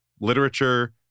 literature